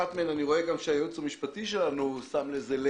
שלגבי אחת מהן אני רואה שגם הייעוץ המשפטי שלנו שם לב.